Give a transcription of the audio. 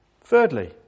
Thirdly